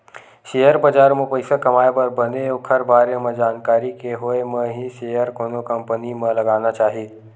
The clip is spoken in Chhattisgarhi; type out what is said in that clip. सेयर बजार म पइसा कमाए बर बने ओखर बारे म जानकारी के होय म ही सेयर कोनो कंपनी म लगाना चाही